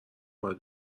باید